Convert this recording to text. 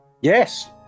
Yes